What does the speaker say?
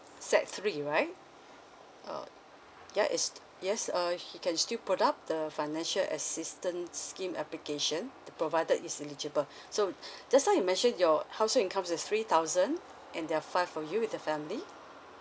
sec three right uh ya is yes uh he can still put up the financial assistance scheme application provided is eligible so just now you mentioned your household income is three thousand and there are five of you in the family